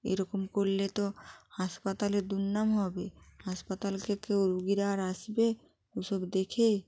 এরকম করলে তো হাসপাতালে দুর্নাম হবে হাসপাতালকে কেউ রুগীরা আর আসবে ওসব দেখে